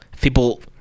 People